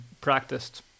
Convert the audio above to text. practiced